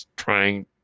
trying